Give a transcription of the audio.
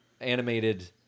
animated